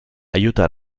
aiuta